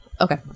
Okay